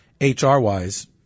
HR-wise